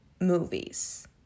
movies